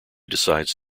decides